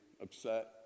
upset